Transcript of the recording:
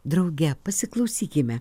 drauge pasiklausykime